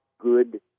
good